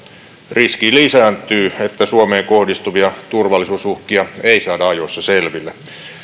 riski lisääntyy että suomeen kohdistuvia turvallisuusuhkia ei saada ajoissa selville